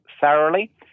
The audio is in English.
thoroughly